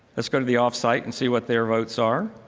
let's go to the off site and see what their votes are.